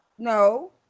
No